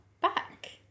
back